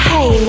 Hey